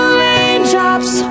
raindrops